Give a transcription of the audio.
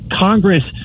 Congress